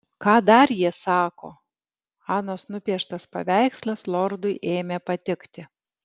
ką dar jie sako anos nupieštas paveikslas lordui ėmė patikti